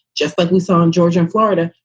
just like we saw in georgia and florida,